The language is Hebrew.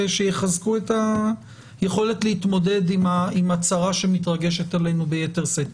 שיחזקו את היכולת להתמודד עם הצרה שמתרגשת עלינו ביתר שאת.